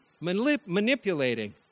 manipulating